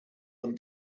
them